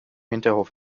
hinterhof